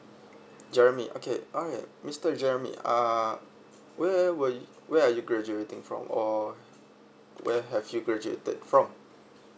jeremy okay okay mister jeremy uh where were where are you graduating from or where have you graduated from